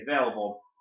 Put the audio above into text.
available